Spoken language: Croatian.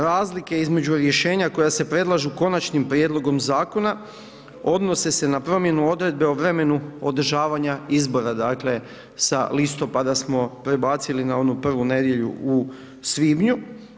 Razlike između rješenja koja se predlažu konačnim prijedlogom zakona odnose se na promjenu odredbe o vremenu održavanju izbora, dakle sa listopada smo prebacili na onu prvu nedjelju u svibnju.